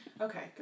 Okay